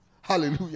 Hallelujah